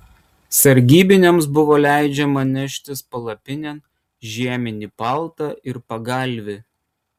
sargybiniams buvo leidžiama neštis palapinėn žieminį paltą ir pagalvį